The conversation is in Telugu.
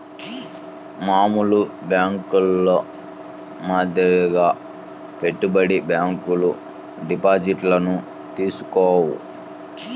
మామూలు బ్యేంకుల మాదిరిగా పెట్టుబడి బ్యాంకులు డిపాజిట్లను తీసుకోవు